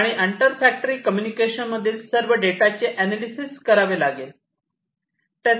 आणि आंतर factory communication मधील सर्व डेटाचे अनालिसेस करावे लागेल